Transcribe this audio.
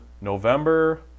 November